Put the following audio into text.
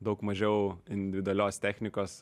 daug mažiau individualios technikos